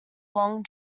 long